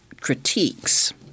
critiques